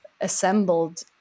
assembled